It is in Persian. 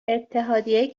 اتحادیه